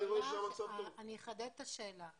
אני אחדד את השאלה.